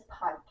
podcast